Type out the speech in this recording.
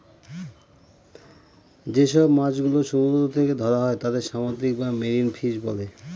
যেসব মাছ গুলো সমুদ্র থেকে ধরা হয় তাদের সামুদ্রিক বা মেরিন ফিশ বলে